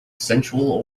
sensual